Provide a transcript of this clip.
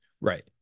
Right